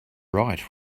right